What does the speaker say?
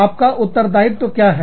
आपका उत्तरदायित्व क्या है